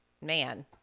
man